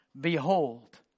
Behold